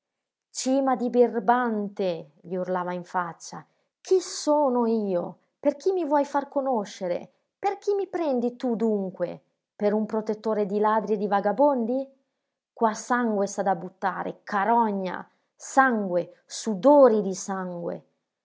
cima di birbante gli urlava in faccia chi sono io per chi mi vuoi far conoscere per chi mi prendi tu dunque per un protettore di ladri e di vagabondi qua sangue s'ha da buttare carogna sangue sudori di sangue